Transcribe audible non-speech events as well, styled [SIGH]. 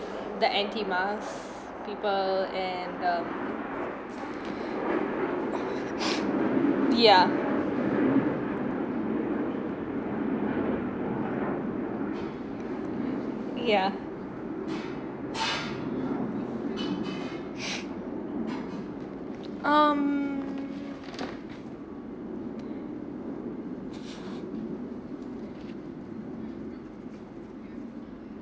that anti miles people and the [BREATH] yeah yeah um